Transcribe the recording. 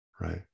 right